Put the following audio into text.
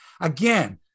Again